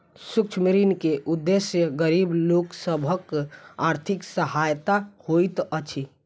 सूक्ष्म ऋण के उदेश्य गरीब लोक सभक आर्थिक सहायता होइत अछि